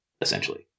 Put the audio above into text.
essentially